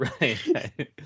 right